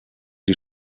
die